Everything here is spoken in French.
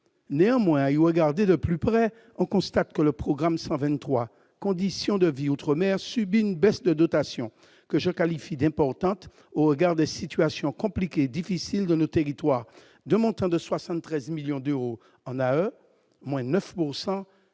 néanmoins You regarder de plus près, on constate que le programme 123 conditions de vie outre-mer subit une baisse de dotation que je qualifie d'importante au regard des situations compliquées, difficiles de nos territoires de mon train de 73 millions d'euros en à moins de